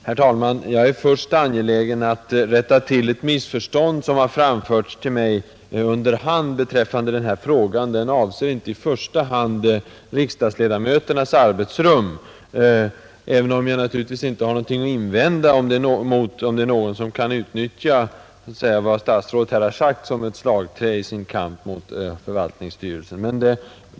Herr talman! Jag vill först rätta till ett missförstånd som under hand kommit till min kännedom. Min fråga avsåg inte främst förhållandena beträffande riksdagsledamöternas arbetsrum, även om jag naturligtvis inte har något att invända om någon kan utnyttja statsrådets svar i sin kamp mot förvaltningsstyrelsen.